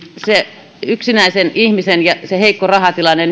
se yksinäisen ihmisen heikko rahatilanne